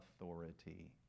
authority